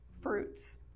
fruits